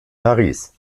paris